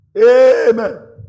Amen